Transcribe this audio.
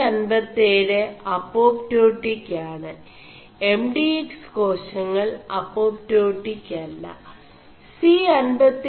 C 57 അേçാç്ോƒി ് ആണ് എം ഡി എക്സ്േകാശÆൾ അേçാç്ോƒി ് അ